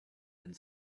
had